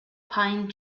pine